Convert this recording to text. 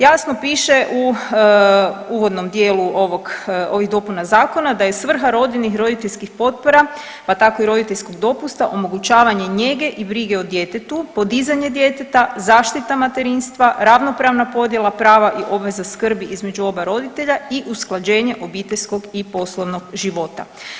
Jasno piše u uvodnom dijelu ovog, ovih dopuna zakona da je svrha rodiljnih i roditeljskih potpora pa tako i roditeljskog dopusta omogućavanje njege i brige o djetetu, podizanje djeteta, zaštita materinstva, ravnopravna podjela prava i obveza skrbi između oba roditelja i usklađenje obiteljskog i poslovnog života.